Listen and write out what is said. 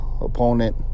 opponent